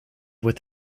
with